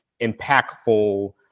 impactful